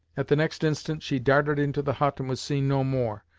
at the next instant, she darted into the hut and was seen no more,